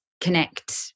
connect